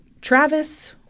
Travis